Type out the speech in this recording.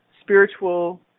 spiritual